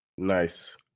Nice